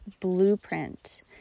blueprint